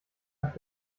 hat